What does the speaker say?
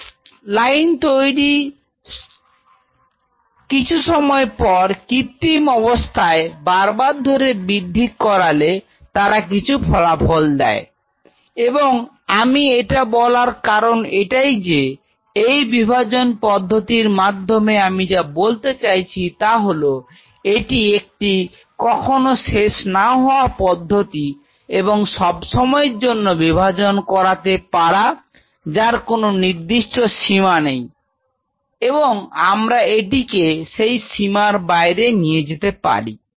coastline কিছু সময় পরে কৃত্তিম অবস্থায় বারবার ধরে বৃদ্ধি করালে তারা কিছু ফলাফল দেয় Refer Time 2212 এবং এটা আমি বলার কারণ এটাই যে এই বিভাজন পদ্ধতির মাধ্যমে আমি যা বলতে চাইছি তা হলো এটি একটি কখনো শেষ না হওয়া পদ্ধতি এবং সবসময়ের জন্য বিভাজন করাতে পারো যার কোন নির্দিষ্ট সীমা নেই এবং আমরা এটিকে সেই সীমার বাইরে নিয়ে যেতে পারি